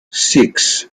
six